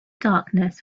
darkness